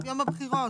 יום הבחירות.